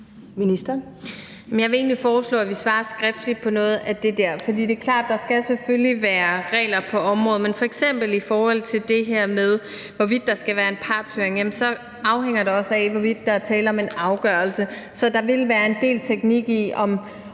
Jeg vil egentlig foreslå, at vi svarer skriftligt på noget af det der, for det er klart, at der selvfølgelig skal være regler på området. Men f.eks. i forhold til det her med, hvorvidt der skal være en partshøring, så afhænger det også af, hvorvidt der er tale om en afgørelse. Så der vil være en del teknik i, om